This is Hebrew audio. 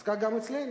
אז כך גם אצלנו.